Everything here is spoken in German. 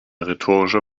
rhetorische